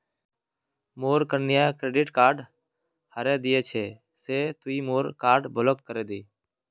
मोर कन्या credit card हरें दिया छे से तुई मोर कार्ड ब्लॉक करे दे